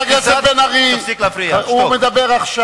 חבר הכנסת בן-ארי, תפסיק להפריע, תשתוק.